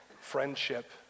friendship